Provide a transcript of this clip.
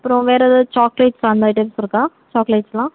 அப்புறம் வேறு எதாவது சாக்லேட்ஸ் அந்த ஐட்டம்ஸ் இருக்கா சாக்லேட்ஸ்லாம்